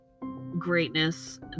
greatness